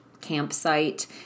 campsite